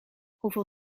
hoeveel